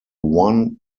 one